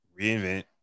reinvent